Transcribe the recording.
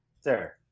Sir